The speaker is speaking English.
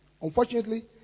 Unfortunately